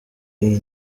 iyi